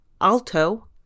alto